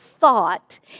thought